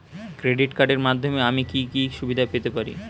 Credit কার্ডের মাধ্যমে আমি কি কি সুবিধা পেতে পারি?